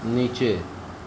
નીચે